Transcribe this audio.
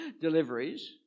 Deliveries